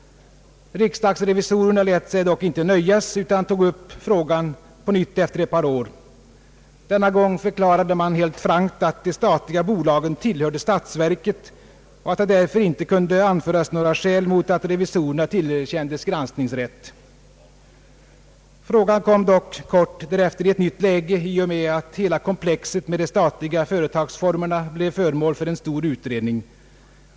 Riksdagsrevisorerna lät sig dock inte nöja utan tog upp frågan på nytt efter ett par år. Denna gång förklarade man helt frankt att de statliga bolagen tillhörde statsverket och att det därför inte kunde anföras några skäl mot att revisorerna tillerkändes granskningsrätt. Frågan kom dock kort därefter i ett nytt läge i och med att hela komplexet med de statliga företagsformerna blev föremål för en stor utredning.